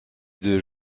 deux